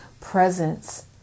presence